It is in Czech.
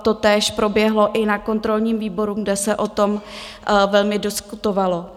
Totéž proběhlo i na kontrolním výboru, kde se o tom velmi diskutovalo.